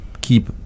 keep